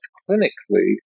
clinically